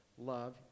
love